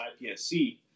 IPSC